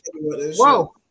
whoa